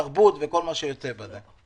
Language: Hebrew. תרבות וכיוצא בזה.